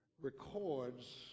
records